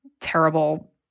terrible